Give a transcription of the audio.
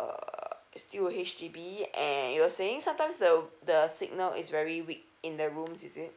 err still a H_D_B and you were saying sometimes the the signal is very weak in the rooms is it